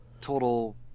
total